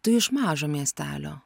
tu iš mažo miestelio